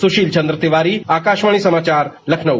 सुशील चन्द्र तिवारी आकाशवाणी समाचार लखनऊ